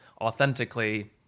authentically